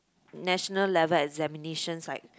national level examinations like